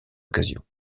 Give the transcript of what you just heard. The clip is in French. occasion